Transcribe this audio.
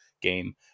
game